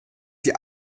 die